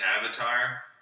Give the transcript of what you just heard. Avatar